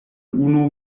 unu